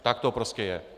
Tak to prostě je!